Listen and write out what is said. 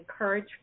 encourage